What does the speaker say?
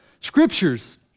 scriptures